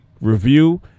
review